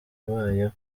ibayeho